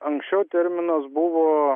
anksčiau terminas buvo